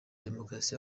demokarasi